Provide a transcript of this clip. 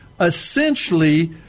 essentially